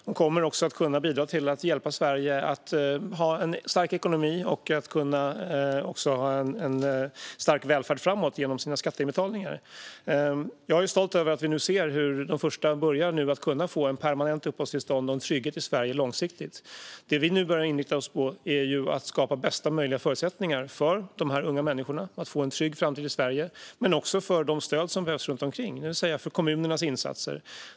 De kommer också att kunna bidra till att hjälpa Sverige att få en stark ekonomi och en stark välfärd framöver genom sina skatteinbetalningar. Jag är stolt över att vi nu ser hur de första börjar kunna få ett permanent uppehållstillstånd och en trygghet i Sverige långsiktigt. Det vi nu inriktar oss på är att skapa bästa möjliga förutsättningar för de här unga människorna att få en trygg framtid i Sverige och för de stöd som behövs runt omkring, det vill säga för kommunernas insatser.